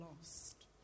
lost